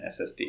SSD